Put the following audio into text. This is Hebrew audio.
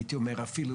הייתי אומר אפילו,